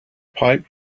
pipe